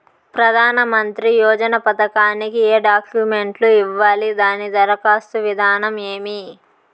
ప్రధానమంత్రి యోజన పథకానికి ఏ డాక్యుమెంట్లు ఇవ్వాలి దాని దరఖాస్తు విధానం ఏమి